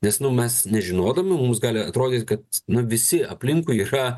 nes nu mes nežinodami mums gali atrodyti kad na visi aplinkui yra